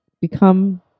become